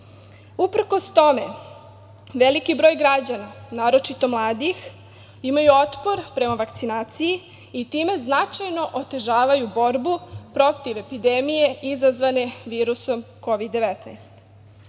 prime. Uprkos tome, veliki broj građana, naročito mladih, imaju otpor prema vakcinaciji i time značajno otežavaju borbu protiv epidemije izazvane virusom Kovid-19.